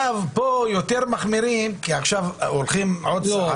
יותר והולכים עוד צעד.